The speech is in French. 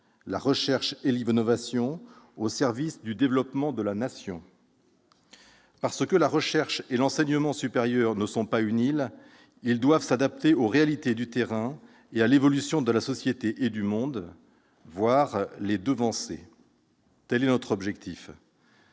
la recherche et l'innovation au service du développement de la Nation. Parce que la recherche et l'enseignement supérieur ne sont pas une île, ils doivent s'adapter aux réalités du terrain et à l'évolution de la société et du monde, voire les devancer. Tel est notre objectif.